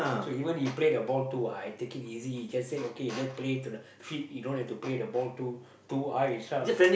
so even he play the ball too high take it easy just say okay just play to the feet you don't have to play the ball too too high shout